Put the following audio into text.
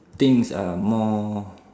things are more